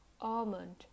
almond